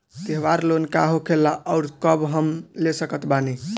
त्योहार लोन का होखेला आउर कब हम ले सकत बानी?